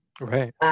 Right